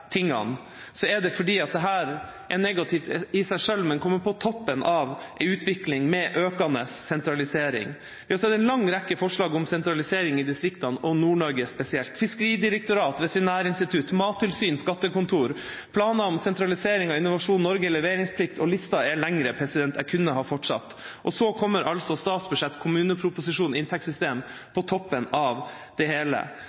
er det fordi dette er negativt i seg selv og kommer på toppen av en utvikling med økende sentralisering. Vi har sett en lang rekke forslag om sentralisering i distriktene og i Nord-Norge spesielt: fiskeridirektorat, veterinærinstitutt, mattilsyn, skattekontor, planer om sentralisering av Innovasjon Norge, leveringsplikt – lista er lenger, jeg kunne ha fortsatt. Så kommer altså statsbudsjett, kommuneproposisjon og inntektssystem på toppen av det hele.